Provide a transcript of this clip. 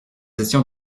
étions